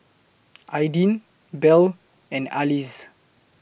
Aydin Bell and Alize